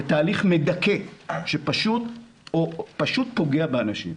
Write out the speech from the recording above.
זה תהליך מדכא שפשוט פוגע באנשים.